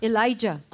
Elijah